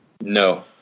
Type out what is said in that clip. No